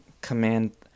command